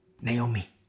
Naomi